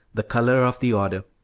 the colour of the order,